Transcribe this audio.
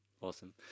Awesome